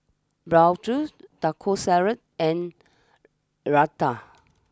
Bratwurst Taco Salad and Raita